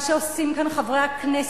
מה שעושים כאן חברי הכנסת,